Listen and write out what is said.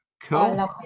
Cool